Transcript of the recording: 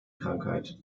krankheit